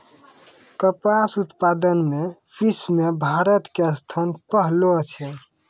कपास उत्पादन मॅ विश्व मॅ भारत के स्थान पहलो छै